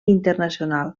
internacional